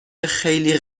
خیلی